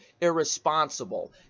irresponsible